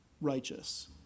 righteous